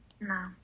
No